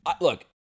look